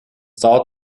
dauert